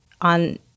on